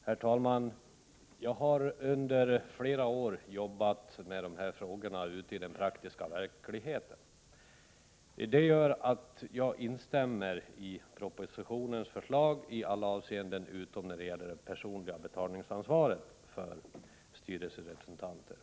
Herr talman! Jag har under flera år jobbat ute i den praktiska verkligheten. Det gör att jag instämmer i propositionens förslag i alla avseenden utom ett, nämligen när det gäller det personliga betalningsansvaret för styrelserepresentanter.